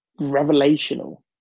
revelational